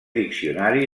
diccionari